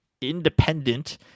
independent